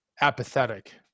apathetic